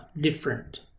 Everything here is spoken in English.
different